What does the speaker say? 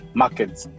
markets